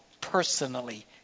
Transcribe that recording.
personally